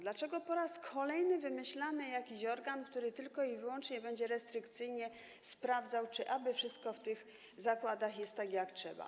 Dlaczego po raz kolejny wymyślamy jakiś organ, który będzie tylko i wyłącznie restrykcyjnie sprawdzał, czy aby wszystko w tych zakładach jest tak jak trzeba?